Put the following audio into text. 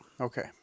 okay